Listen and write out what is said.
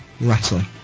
rattling